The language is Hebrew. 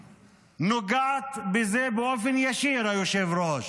נוגעת בזה באופן ישיר, היושב-ראש.